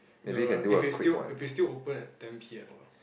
err if it's still if it's still open at ten p_m lah